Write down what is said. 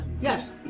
Yes